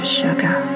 sugar